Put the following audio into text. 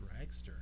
dragster